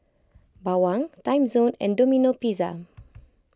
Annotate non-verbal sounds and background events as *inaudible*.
Bawang Timezone and Domino Pizza *noise*